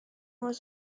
was